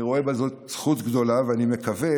אני רואה בזאת זכות גדולה, ואני מקווה